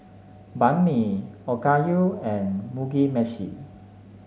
Banh Mi Okayu and Mugi Meshi